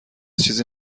چیزی